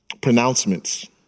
pronouncements